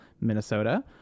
Minnesota